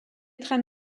trains